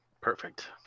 Perfect